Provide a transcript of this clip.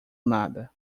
nada